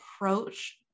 approach